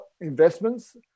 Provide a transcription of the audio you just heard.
investments